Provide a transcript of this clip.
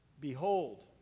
behold